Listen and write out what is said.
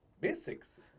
Basics